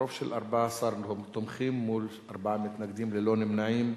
ברוב של 14 תומכים מול ארבעה מתנגדים, ללא נמנעים,